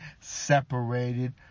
separated